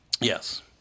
yes